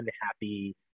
unhappy